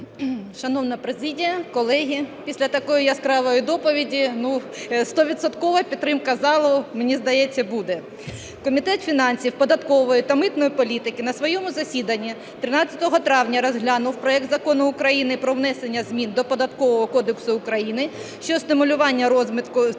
Шановна президія, колеги, після такої яскравої доповіді стовідсоткова підтримка залу, мені здається, буде. Комітет фінансів, податкової та митної політики на своєму засіданні 13 травня розглянув проект Закону України про внесення змін до Податкового кодексу України щодо стимулювання розвитку цифрової